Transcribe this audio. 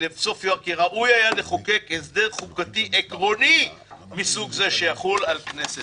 ראוי היה לחוקק הסדר חוקתי עקרוני מסוג זה שיחול על הכנסת.